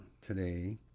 today